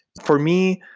for me,